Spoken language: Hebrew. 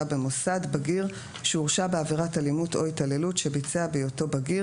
במוסד בגיר שהורשע בעבירת אלימות או התעללות שביצע בהיותו בגיר